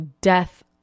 death